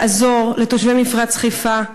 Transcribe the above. לעזור לתושבי מפרץ חיפה,